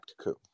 coup